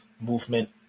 movement